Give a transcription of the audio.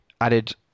added